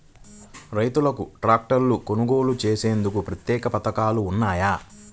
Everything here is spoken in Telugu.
రైతులకు ట్రాక్టర్లు కొనుగోలు చేసేందుకు ప్రత్యేక పథకాలు ఉన్నాయా?